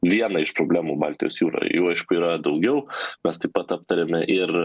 vieną iš problemų baltijos jūroj jų aišku yra daugiau mes taip pat aptarėme ir